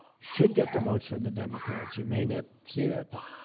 should get the votes from the democrats you may not see that, but